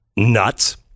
Nuts